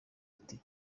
ati